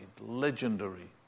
Legendary